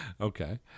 okay